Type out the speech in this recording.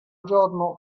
giorno